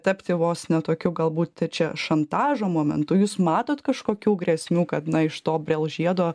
tapti vos ne tokiu galbūt čia šantažo momentu jūs matot kažkokių grėsmių kad na iš to brel žiedo